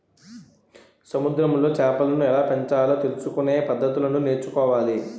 సముద్రములో చేపలను ఎలాపెంచాలో తెలుసుకొనే పద్దతులను నేర్చుకోవాలి